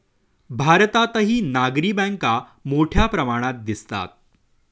भारतातही नागरी बँका मोठ्या प्रमाणात दिसतात